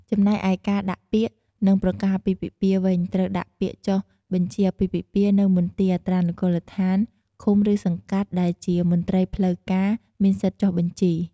ចំំណែកឯការដាក់ពាក្យ និងប្រកាសអាពាហ៍ពិពាហ៍វិញត្រូវដាក់ពាក្យចុះបញ្ជីអាពាហ៍ពិពាហ៍នៅមន្ទីរអត្រានុកូលដ្ឋានឃុំ ឬសង្កាត់ ដែលជាមន្ត្រីផ្លូវ ការមានសិទ្ធិចុះបញ្ជី។